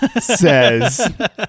Says